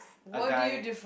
a guy